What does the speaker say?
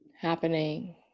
happening